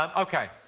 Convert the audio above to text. um ok,